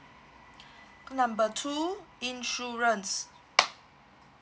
number two insurance